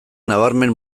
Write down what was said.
nabarmen